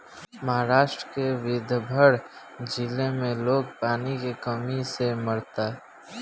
महाराष्ट्र के विदर्भ जिला में लोग पानी के कमी से मरता